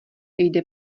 jde